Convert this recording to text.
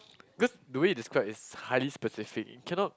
because the way you describe is highly specific you cannot